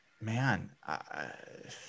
man